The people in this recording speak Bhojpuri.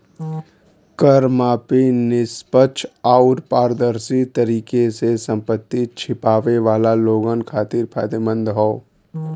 कर माफी निष्पक्ष आउर पारदर्शी तरीके से संपत्ति छिपावे वाला लोगन खातिर फायदेमंद हौ